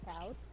out